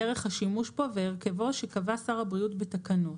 דרך השימוש בו והרכבו שקבע שר הבריאות בתקנת".